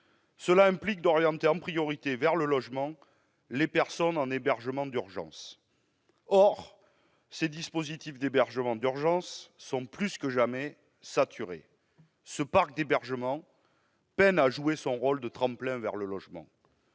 Cela implique d'orienter en priorité vers le logement les personnes en hébergement d'urgence. Or, ces dispositifs sont plus que jamais saturés. Le parc des hébergements d'urgence peine à jouer son rôle de tremplin vers le logement.